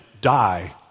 die